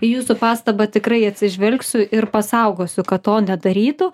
į jūsų pastabą tikrai atsižvelgsiu ir pasaugosiu kad to nedarytų